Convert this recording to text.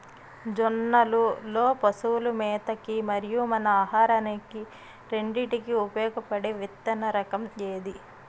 జొన్నలు లో పశువుల మేత కి మరియు మన ఆహారానికి రెండింటికి ఉపయోగపడే విత్తన రకం ఏది?